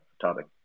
topic